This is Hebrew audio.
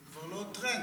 הוא כבר לא טרנד.